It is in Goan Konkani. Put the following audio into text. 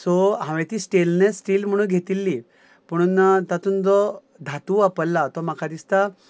सो हांवें ती स्टेनलेस स्टील म्हणून घेतिल्ली पुणून तातूंत जो धातू वापरला तो म्हाका दिसता